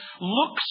looks